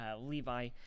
Levi